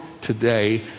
today